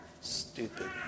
stupid